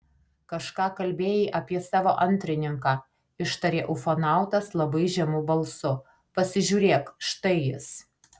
kažką kalbėjai apie savo antrininką ištarė ufonautas labai žemu balsu pasižiūrėk štai jis